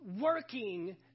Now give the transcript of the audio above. working